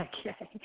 Okay